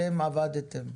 אתם עבדתם.